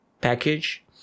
package